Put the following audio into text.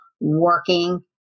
working